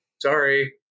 Sorry